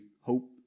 hope